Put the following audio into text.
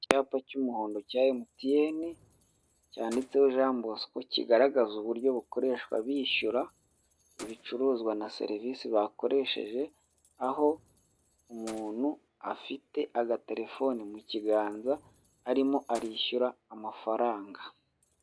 Icyapa cy'umuhondo cya Emutiyeni cyanditseho Jean Bosco kigaragaza uburyo bukoreshwa bishyura ibicuruzwa na serivisi bakoresheje aho umuntu afite agatelefoni mu kiganza arimo arishyura amafaranga.